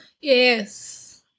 Yes